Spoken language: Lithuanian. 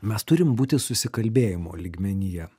mes turim būti susikalbėjimo lygmenyje